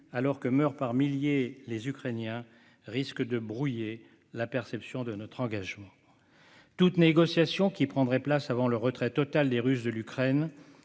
Ukrainiens meurent par milliers, risquent de brouiller la perception de notre engagement. Toute négociation qui prendrait place avant le retrait total des Russes de l'Ukraine